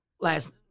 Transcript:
Last